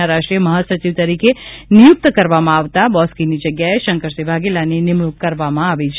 ના રાષ્ટ્રીય મહાસચિવ તરીકે નિયૂક્ત કરવામાં આવતા બોસ્કીની જગ્યાએ શંકરસિંહ વાઘેલાની નિમણૂંક કરવામાં આવી છે